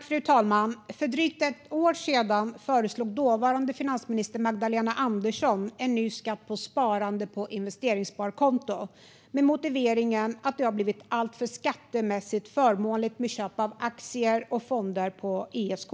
Fru talman! För drygt ett år sedan föreslog den dåvarande finansministern Magdalena Andersson en ny skatt på sparande på investeringssparkonto med motiveringen att det blivit alltför förmånligt med köp av aktier och fonder på ISK.